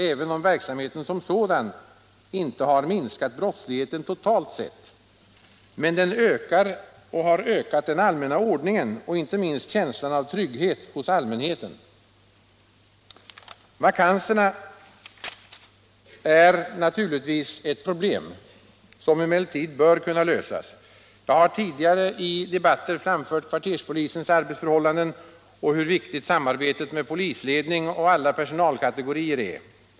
Även om verksamheten som sådan inte har minskat brottsligheten totalt sett, ökar den allmänna ordningen och inte minst känslan av trygghet hos allmänheten. Vakanserna är naturligtvis ett problem, som emellertid bör kunna lösas. Jag har tidigare i debatter påtalat kvarterspolisens arbetsförhållanden och hur viktigt samarbetet med polisledning och alla personalkategorier är.